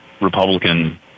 Republican